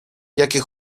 jakie